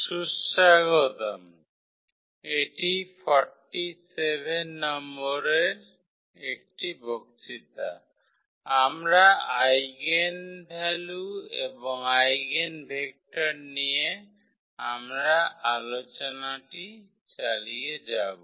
সুস্বাগতম এটি 47 নম্বরের বক্তৃতা আমরা আইগেনভ্যালু এবং আইগেনভেক্টর নিয়ে আমাদের আলোচনাটি চালিয়ে যাব